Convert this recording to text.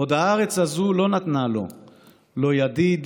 // עוד הארץ הזו לא נתנה לו / לא ידיד,